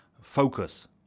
focus